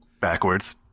Backwards